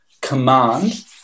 command